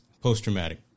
post-traumatic